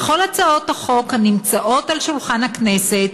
ו"בכל הצעות החוק הנמצאות על שולחן הכנסת,